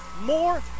more